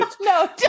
No